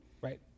right